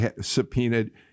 subpoenaed